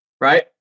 right